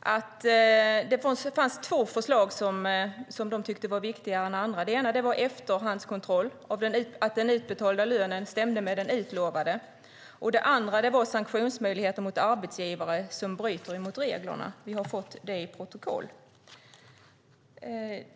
att det fanns två förslag som de tyckte var viktigare än andra. Det ena var efterhandskontroll av att den utbetalda lönen stämmer med den utlovade. Det andra var sanktionsmöjligheter mot arbetsgivare som bryter mot reglerna. Det står i det protokoll vi har fått.